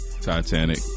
Titanic